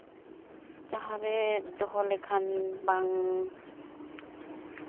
ᱡᱟᱦᱟᱸᱨᱮ ᱫᱚᱦᱚ ᱞᱮᱠᱷᱟᱱ ᱵᱟᱝ